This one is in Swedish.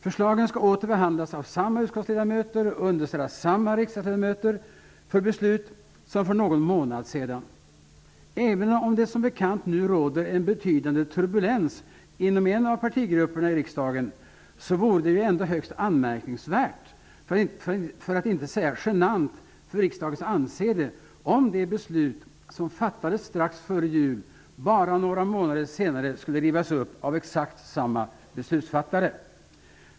Förslagen skall åter behandlas av samma utskottsledamöter och underställas samma riksdagsledamöter för beslut som för någon månad sedan. Även om det som bekant nu råder en betydande turbulens inom en av partigrupperna i riksdagen vore det ändå högst anmärkningsvärt, för att inte säga genant, för riksdagens anseende om det beslut som fattades strax före jul bara några månader senare skulle rivas upp av exakt samma beslutsfattare.